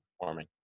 performing